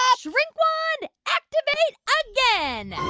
yeah shrink wand activate ah yeah and